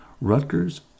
Rutgers